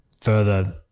further